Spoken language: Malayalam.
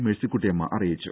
മേഴ്സിക്കുട്ടിയമ്മ അറിയിച്ചു